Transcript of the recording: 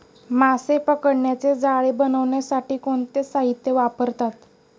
मासे पकडण्याचे जाळे बनवण्यासाठी कोणते साहीत्य वापरतात?